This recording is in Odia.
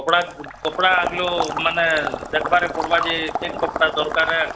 କପଡ଼ା କପଡ଼ା ମାନେ ଦେଖିବାରେ ପଡ଼ିବ ଯେ କେମିତି କପଡ଼ା ଦରକାର